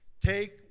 Take